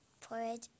porridge